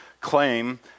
claim